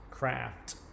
craft